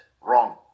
wrong